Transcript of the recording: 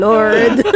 Lord